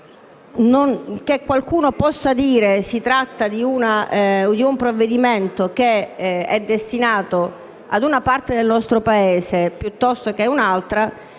che qualcuno possa sostenere che si tratta di un provvedimento destinato a una parte del nostro Paese piuttosto che a un'altra,